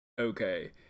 okay